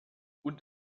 und